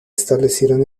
establecieron